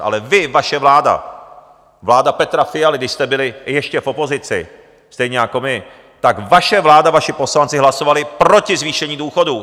Ale vy, vaše vláda, vláda Petra Fialy, když jste byli ještě v opozici stejně jako my, tak vaše vláda, vaši poslanci hlasovali proti zvýšení důchodů!